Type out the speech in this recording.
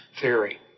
theory